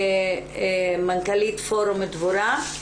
מנכ"לית פורום דבורה.